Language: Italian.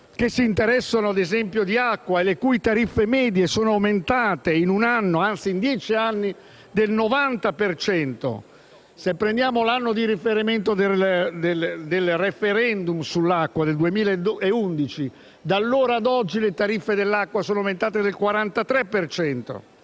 che si interessano ad esempio di acqua e le cui tariffe medie sono aumentate in un anno, anzi in dieci anni, del 90 per cento? Se prendiamo l'anno di riferimento del *referendum* sull'acqua, cioè il 2011, notiamo che da allora ad oggi le tariffe dell'acqua sono aumentate del 43